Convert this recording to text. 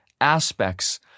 aspects